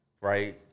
right